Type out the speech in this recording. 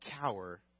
cower